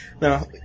Now